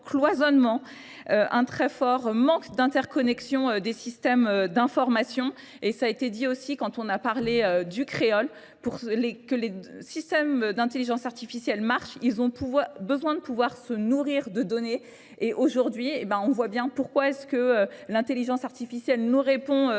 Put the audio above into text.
un très fort manque d'interconnexion des systèmes d'information. Et ça a été dit aussi quand on a parlé du créole. Si le système d'intelligence artificielle marche, ils ont besoin de pouvoir se nourrir de données. Et aujourd'hui, on voit bien pourquoi est-ce que l'intelligence artificielle nous répond avec